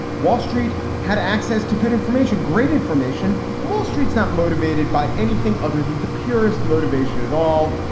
wall street had access to good information, great information. and wall street's not motivated by anything other than the purist motivation at all,